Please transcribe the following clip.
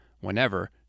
whenever